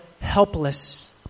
helpless